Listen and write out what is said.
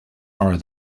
are